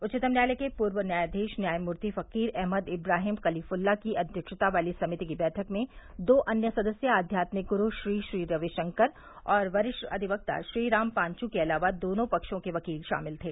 उच्चतम न्यायालय के पूर्व न्यायाधीश न्यायमूर्ति फकीर अहमद इब्राहिम कलीफुल्ला की अध्यक्षता वाली समिति की बैठक में अन्य दो सदस्य अध्यात्मिक गुरू श्री श्री रविशंकर और वरिष्ठ अधिवक्ता श्री राम पांचू के अलावा दोनों पक्षों के वकील शामिल थे